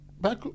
Back